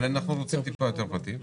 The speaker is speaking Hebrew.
אבל אנחנו רוצים טיפה יותר פרטים.